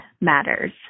matters